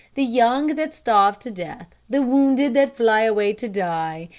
the young that starve to death, the wounded that fly away to die,